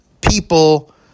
people